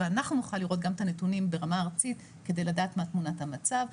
ואנחנו נוכל לראות גם את הנתונים ברמה ארצית כדי לדעת מה תמונת המצב.